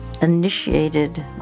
initiated